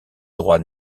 droits